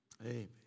Amen